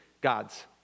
gods